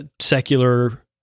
secular